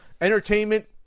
entertainment